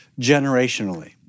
generationally